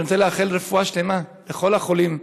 אני רוצה לאחל רפואה שלמה לכל החולים,